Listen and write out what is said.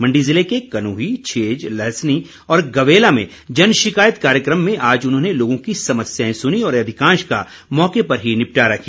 मण्डी ज़िले के कनूही छेज लहसनी और गवैला में जन शिकायत कार्यक्रम में आज उन्होंने लोगों की समस्याएं सुनीं और अधिकांश का मौके पर ही निपटारा किया